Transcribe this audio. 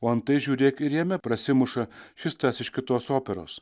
o antai žiūrėk ir jame prasimuša šis tas iš kitos operos